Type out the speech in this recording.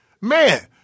man